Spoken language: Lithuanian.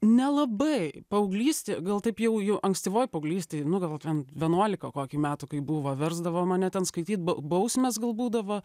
nelabai paauglystė gal taip jau jų ankstyvoj paauglystėj nu gal ten vienuolika kokį metų kai buvo versdavo mane ten skaityt bau bausmės gal būdavo